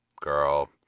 girl